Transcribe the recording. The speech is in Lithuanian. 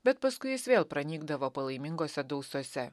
bet paskui jis vėl pranykdavo palaimingose dausose